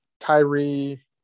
Kyrie